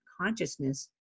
consciousness